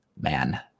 Man